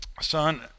son